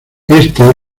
éste